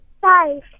Five